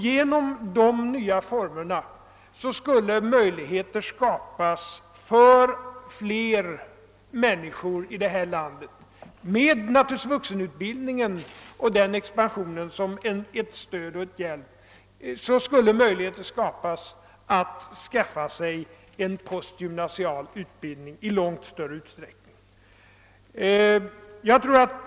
Genom dessa nya former, naturligtvis också med expansionen av vuxenutbildningen, skulle möjligheter skapas för flera människor här i landet att skaffa sig en postgymnasial utbildning i långt större utsträckning än förut.